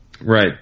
Right